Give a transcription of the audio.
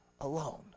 alone